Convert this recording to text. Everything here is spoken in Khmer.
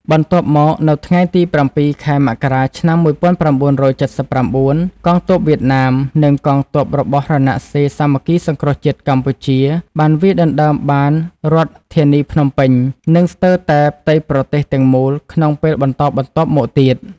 បន្ទាប់មកនៅថ្ងៃទី ៧ ខែមករា ឆ្នាំ ១៩៧៩ កងទ័ពវៀតណាម និងកងទ័ពរបស់រណសិរ្សសាមគ្គីសង្គ្រោះជាតិកម្ពុជាបានវាយដណ្តើមបានរដ្ឋធានីភ្នំពេញ និងស្ទើរតែផ្ទៃប្រទេសទាំងមូលក្នុងពេលបន្តបន្ទាប់មកទៀត។